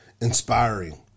inspiring